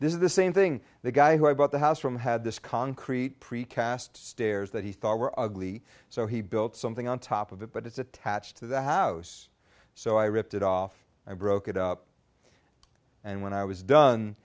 this is the same thing the guy who i bought the house from had this concrete precast stairs that he thought were ugly so he built something on top of it but it's attached to the house so i ripped it off i broke it up and when i was done